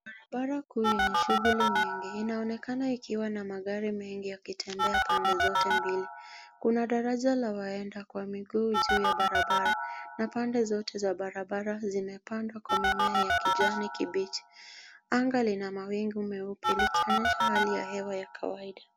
Barabara kuu yenye shughuli nyingi inaonekana ikiwa na magari mengi yakitembea pande zote mbili. Kuna daraja la waenda kwa miguu juu ya barabara, na pande zote za barabara zimepandwa kwa mimea ya kijani kibichi. Anga lina mawingu meupe likionyesha hali ya hewa ya kawaida.